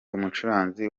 umucuranzi